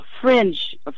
fringe